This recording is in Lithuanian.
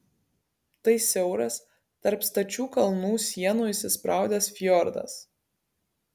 tai siauras tarp stačių kalnų sienų įsispraudęs fjordas